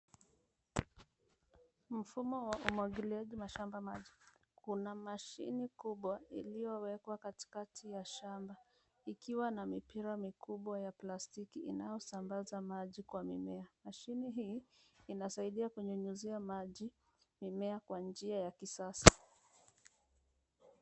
Mfumo wa umwagiliaji mashamba maji. Kuna mashini kubwa iliyowekwa katikati ya shamba ikiwa na mipira mikubwa ya plastiki inayosambaza maji kwa mimea. Mashini hii inasaidia kunyunyizia maji mimea kwa njia ya kisasa.